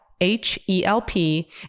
H-E-L-P